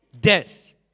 death